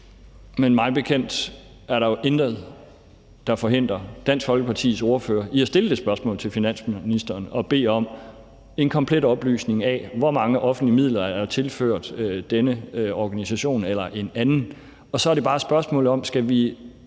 Men mig bekendt er der jo intet, der forhindrer Dansk Folkepartis ordfører i at stille det spørgsmål til finansministeren og bede om en komplet oplysning om, hvor mange offentlige midler der er tilført den ene eller den anden organisation. Så er spørgsmålet bare, om vi